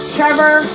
Trevor